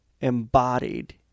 embodied